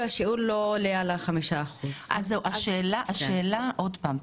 ושיעורם לא עולה על 5%. השאלה עוד פעם,